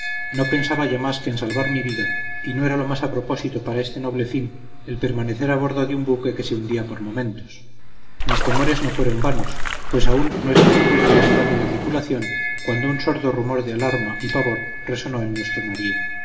no pensaba ya más que en salvar mi vida y no era lo más a propósito para este noble fin el permanecer a bordo de un buque que se hundía por momentos mis temores no fueron vanos pues aún no estaba fuera la mitad de la tripulación cuando un sordo rumor de alarma y pavor resonó en nuestro